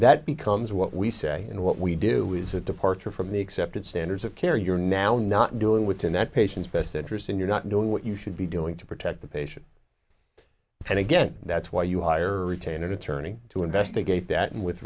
that becomes what we say and what we do is a departure from the accepted standards of care you're now not doing within that patient's best interest and you're not doing what you should be doing to protect the patient and again that's why you hire retained an attorney to investigate that and with